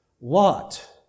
Lot